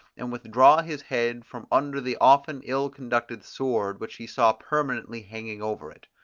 and withdraw his head from under the often ill-conducted sword which he saw perpetually hanging over it.